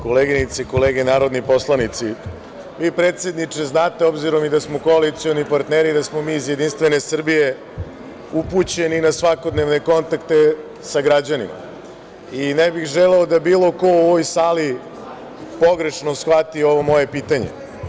Koleginice i kolege narodni poslanice, vi predsedniče znate, obzirom i da smo koalicioni partneri, da smo mi iz JS upućeni na svakodnevne kontakte sa građanima i ne bih želeo da bilo ko u ovoj sali pogrešno shvati ovo moje pitanje.